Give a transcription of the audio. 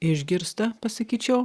išgirsta pasakyčiau